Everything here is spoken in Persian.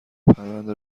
پرونده